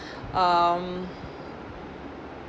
um